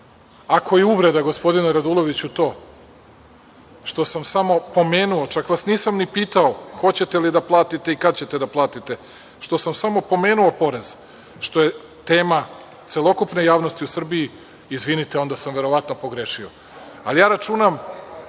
je uvreda gospodinu Raduloviću to što sam samo pomenuo, čak nisam ni pitao hoćete li da platite i kada ćete da platite, što sam samo pomenuo porez, što je tema celokupne javnosti u Srbiji, izvinite onda sam verovatno pogrešio. Ja računam